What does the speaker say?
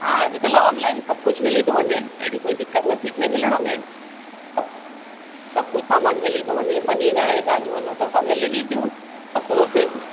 हा अॼुकल्ह ऑनलाइन सभु कुझु मिली थो वञे अहिड़ी कोई दिक़त नथी थिए मिलण में सभु सभु कुझु सामान मिली थो वञे पनीर आहे दालियूं आहिनि उहो त सभु मिलनि ई थियूं सोर्सिस